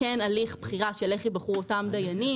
הליך בחירה של איך ייבחרו אותם דיינים,